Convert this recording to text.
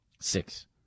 Six